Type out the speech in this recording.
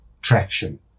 traction